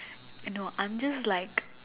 you know I'm just like